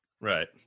Right